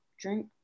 drink